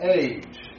age